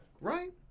Right